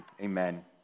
Amen